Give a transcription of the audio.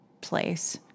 place